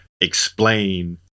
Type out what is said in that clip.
explain